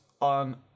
on